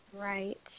Right